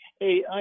Hey